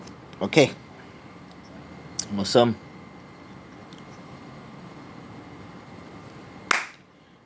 okay awesome